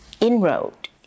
inroad